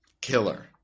killer